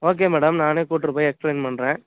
okay madam நானே கூப்பிட்ரு போய் எக்ஸ்ப்ளைன் பண்ணுறேன்